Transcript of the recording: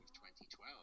2012